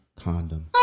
condom